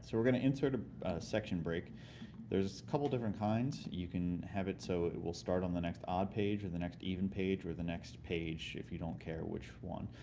so we're going to insert a section break there's a couple different kinds you can have it so it will start on the next odd page or the next even page or the next page if you don't care which one.